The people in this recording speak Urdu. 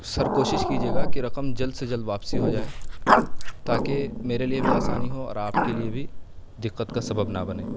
سر کوشش کیجیے گا کہ رقم جلد سے جلد واپسی ہو جائے تاکہ میرے لیے بھی آسانی ہو اور آپ کے لیے بھی دقت کا سبب نہ بنے